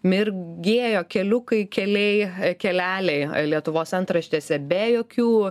mirgėjo keliukai keliai keleliai lietuvos antraštėse be jokių